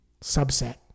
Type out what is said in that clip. Subset